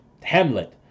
hamlet